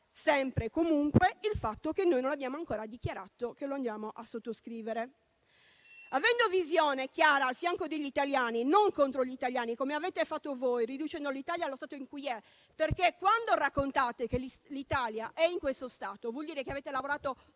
sempre e comunque il fatto che noi non abbiamo ancora dichiarato che lo andiamo a sottoscrivere. Tutto ciò avendo visione chiara al fianco degli italiani e non contro gli italiani, come avete fatto voi, riducendo l'Italia allo stato in cui è. Quando raccontate che l'Italia è in questo stato, vuol dire che avete lavorato